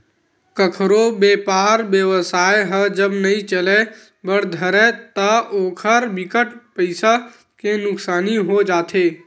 कखरो बेपार बेवसाय ह जब नइ चले बर धरय ता ओखर बिकट पइसा के नुकसानी हो जाथे